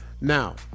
Now